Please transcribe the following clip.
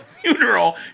funeral